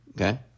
Okay